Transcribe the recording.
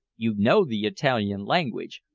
you know the italian language,